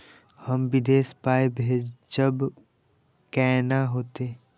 हम विदेश पाय भेजब कैना होते?